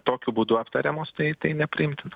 tokiu būdu aptariamos tai tai nepriimtina